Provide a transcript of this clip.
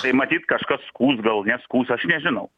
tai matyt kažkas skųs gal neskųs aš nežinau